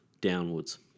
downwards